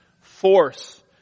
force